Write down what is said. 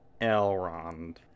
elrond